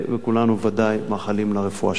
וכולנו ודאי מאחלים לה רפואה שלמה.